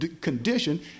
condition